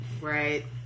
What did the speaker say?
Right